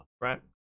Right